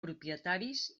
propietaris